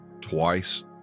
twice